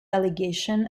delegation